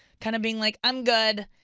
kind of being like, i'm good,